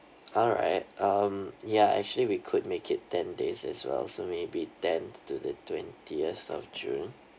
alright um yeah actually we could make it ten days as well so maybe tenth to the twentieth of june